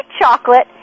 chocolate